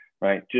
right